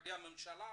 למשרדי הממשלה,